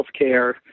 healthcare